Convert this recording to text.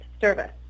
service